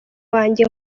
wanjye